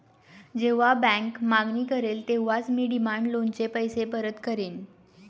जेव्हा बँक मागणी करेल तेव्हाच मी डिमांड लोनचे पैसे परत करेन